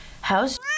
how's